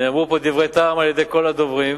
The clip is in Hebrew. נאמרו פה דברי טעם על-ידי כל הדוברים.